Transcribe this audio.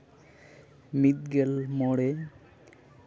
ᱢᱤᱫᱜᱮᱞ ᱢᱚᱬᱮ